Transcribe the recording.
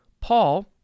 Paul